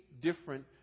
different